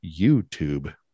YouTube